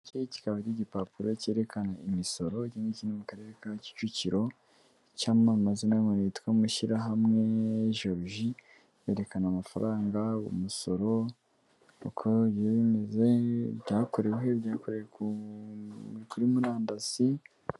Iki kikaba ari igipapuro cyerekana imisoro yo mu karere ka Kicukiro cy'amazina y'umubiri yitwa mushyirahamwe Joji yerekana amafaranga umusoro ukomeze byakoreweho ibya bikorewe kuri murandasi.